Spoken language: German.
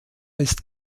ist